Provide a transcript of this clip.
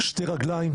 אחד, שתי רגליים.